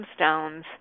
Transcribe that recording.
gemstones